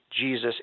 Jesus